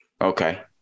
okay